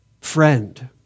Friend